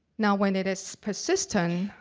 now, when it is persistent,